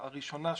הראשונה,